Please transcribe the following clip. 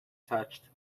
touched